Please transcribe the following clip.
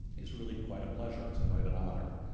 is really quite a pleasure. it's quite an honor.